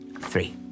three